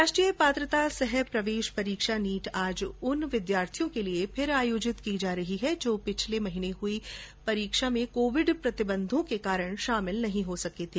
राष्ट्रीय पात्रता सह प्रवेश परीक्षा नीट आज उन विद्यार्थियों के लिए फिर आयोजित की जा रही है जो पिछले महीने हुई परीक्षा में कोविड प्रतिबंधों के कारण शामिल नहीं हो सके थे